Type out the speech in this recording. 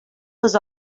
was